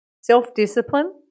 Self-discipline